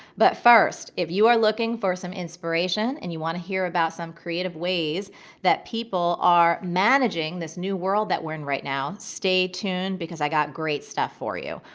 but first, if you are looking for some inspiration and you want to hear about some creative ways that people are managing this new world that we're in right now, stay tuned because i got great stuff for you.